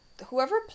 Whoever